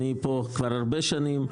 אני כאן הרבה שנים.